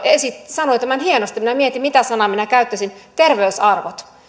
sanoi tämän hienosti minä mietin mitä sanaa minä käyttäisin terveysarvot